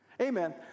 Amen